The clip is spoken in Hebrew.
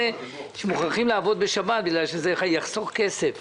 שמוכרחים לעבוד בשבת כי זה יחסוך כסף